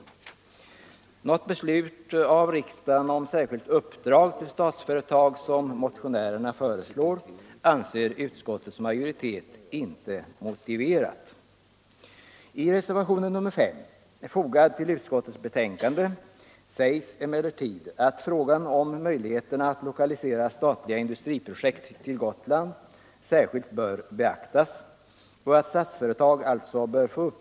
Något beslut av riksdagen om särskilt uppdrag till den det ej vill röstar nej. den det ej vill röstar nej. den det ej vill röstar nej. den det ej vill röstar nej.